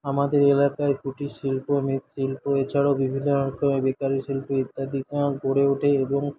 আমাদের এলাকায় কুটিরশিল্প মৃৎশিল্প এছাড়াও বিভিন্ন রকমের বেকারি শিল্প ইত্যাদি গড়ে ওঠে এবং